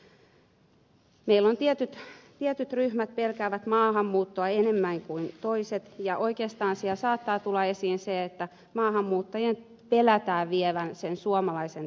meillä tietyt ryhmät pelkäävät maahanmuuttoa enemmän kuin toiset ja oikeastaan siellä saattaa tulla esiin se että maahanmuuttajan pelätään vievän sen suomalaisen työpaikan